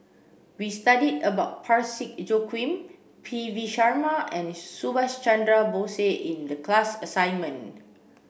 we studied about Parsick Joaquim P V Sharma and Subhas Chandra Bose in the class assignment